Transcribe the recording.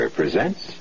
presents